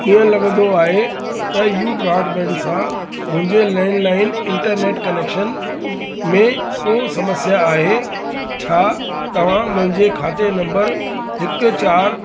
ईअं लॻंदो आहे त यू ब्राडबैंड सां मुंहिंजे लैंडलाइन इंटरनेट कनेक्शन में को समस्या आहे छा तव्हां मुंहिंजे खाते नम्बर हिकु चारि